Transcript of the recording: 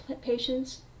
patients